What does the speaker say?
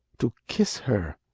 to kiss her,